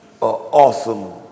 awesome